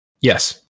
Yes